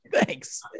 Thanks